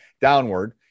Downward